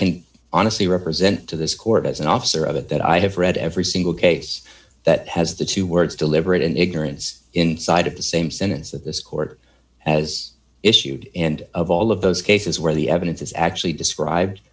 can honestly represent to this court as an officer of it that i have read every single case that has the two words deliberate and ignorance inside of the same sentence that this court has issued and of all of those cases where the evidence is actually described